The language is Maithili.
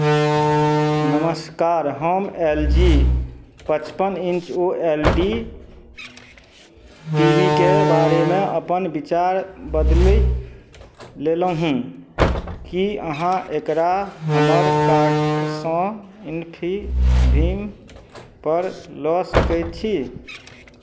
नमस्कार हम एल जी पचपन inch O L D T V के बारेमे अपन विचार बदलि लेलहुँ की अहाँ एकरा हमर कार्टसँ इन्फिभिमपर लऽ सकैत छी